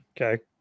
Okay